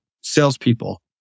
salespeople